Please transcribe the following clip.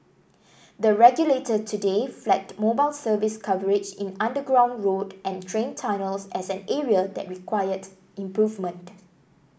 the regulator today flagged mobile service coverage in underground road and train tunnels as an area that required improvement